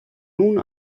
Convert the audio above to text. nun